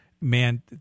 man